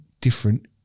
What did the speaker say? different